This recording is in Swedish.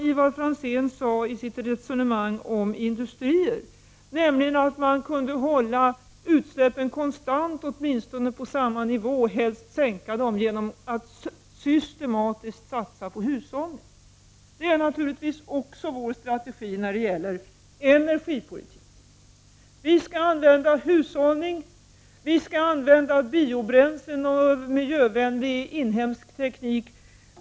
Ivar Franzén sade i sitt resonemang om industrier att man kan hålla utsläppsnivån konstant eller t.o.m. sänka den genom att systematiskt satsa på hushållning. Det är naturligtvis också vår strategi när det gäller energipolitiken. Vi skall använda hushållning, och vi skall använda biobränslen och miljövänlig inhemsk teknik.